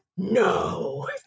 No